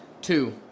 Two